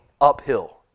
uphill